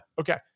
Okay